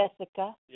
Jessica